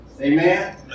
Amen